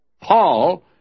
Paul